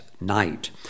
night